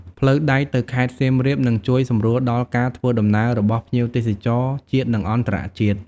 ផ្លូវដែកទៅខេត្តសៀមរាបនឹងជួយសម្រួលដល់ការធ្វើដំណើររបស់ភ្ញៀវទេសចរជាតិនិងអន្តរជាតិ។